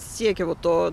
siekia va to